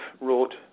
wrote